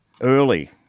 early